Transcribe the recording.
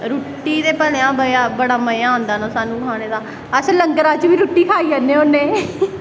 रुट्टी ते भलेआं बड़ा मज़ा आंदा स्हानू खाने दा अस लंगरा च बी रुट्टी खाई आने होन्ने